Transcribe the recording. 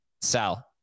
Sal